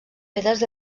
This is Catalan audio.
pedres